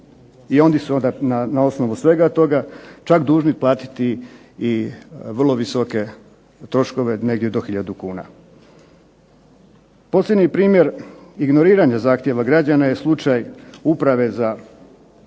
su onda na osnovu svega toga čak dužni platiti i vrlo visoke troškove negde do hiljadu kuna. Posljednji primjer ignoriranja zahtjeva građana je slučaj Uprave za